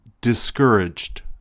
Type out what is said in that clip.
discouraged